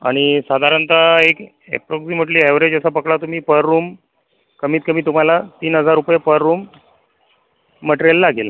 आणि साधारणतः एक एप्रोग्जिमेटली अॅवरेज जसं पकडा तुम्ही पर रूम कमीत कमी तुम्हाला तीन हजार रुपये पर रूम मटरियल लागेल